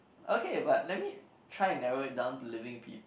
okay but let me try and narrow it down to living people